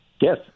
Yes